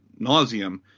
nauseum